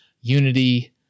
Unity